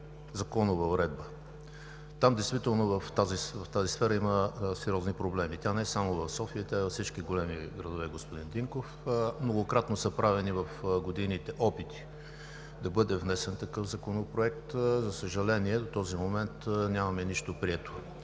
законова уредба – действително в тази сфера има сериозни проблеми. Тя не е само в София, тя е във всички големи градове, господин Динков. Многократно в годините са правени опити да бъде внесен такъв законопроект. За съжаление, до този момент нямаме нищо прието.